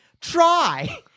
try